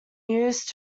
used